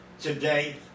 today